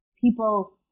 people